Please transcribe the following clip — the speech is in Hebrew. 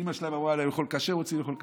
אימא שלהם אמרה להם לאכול כשר, רוצים לאכול כשר,